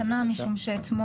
ירים את ידו.